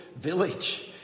village